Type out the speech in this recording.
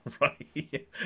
Right